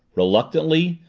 reluctantly,